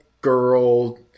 girl